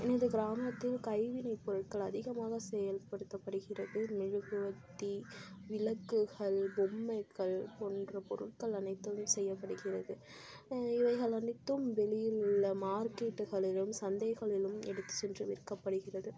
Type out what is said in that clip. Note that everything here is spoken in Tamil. எனது கிராமத்தில் கைவினை பொருட்கள் அதிகமாக செயல் படுத்தப்படுகிறது மெழுகுவத்தி விளக்குகள் பொம்மைகள் போன்ற பொருட்கள் அனைத்துமே செய்யப்படுகிறது இவைகள் அனைத்தும் வெளியில் உள்ள மார்க்கெட்டுகளிலும் சந்தைகளிலும் எடுத்து சென்று விற்கப்படுகிறது